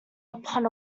upon